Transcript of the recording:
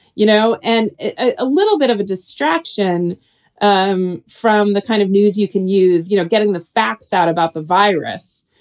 you know, and a little bit of a distraction um from the kind of news you can use, you know, getting the facts out about the virus,